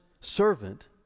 servant